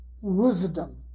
wisdom